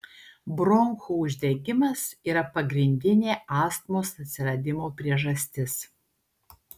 bronchų uždegimas yra pagrindinė astmos atsiradimo priežastis